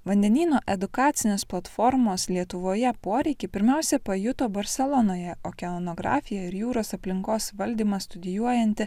vandenyno edukacinės platformos lietuvoje poreikį pirmiausia pajuto barselonoje okeanografiją ir jūros aplinkos valdymą studijuojanti